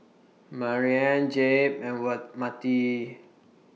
Marianne Jeb and Matie